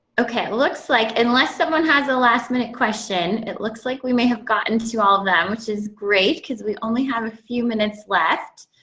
ok, looks like unless someone has a last minute question, it looks like we may have gotten to all of them, which is great because we only have a few minutes left.